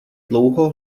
dlouho